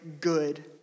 good